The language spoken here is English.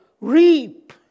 reap